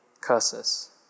curses